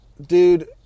Dude